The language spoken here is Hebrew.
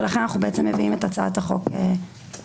ולכן אנחנו מביאים את הצעת החוק לוועדה.